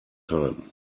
time